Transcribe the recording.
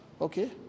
okay